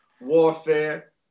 warfare